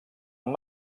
amb